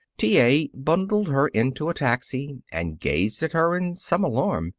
t. a. bundled her into a taxi and gazed at her in some alarm.